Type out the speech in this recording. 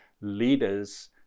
leaders